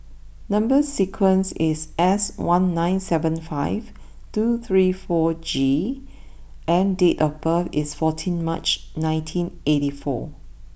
number sequence is S one nine seven five two three four G and date of birth is fourteen March nineteen eighty four